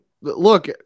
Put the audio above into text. look